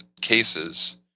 cases